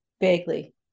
vaguely